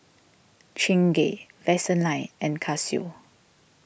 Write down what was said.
Chingay Vaseline and Casio